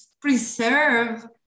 preserve